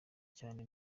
cyane